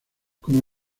como